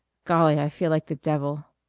golly, i feel like the devil!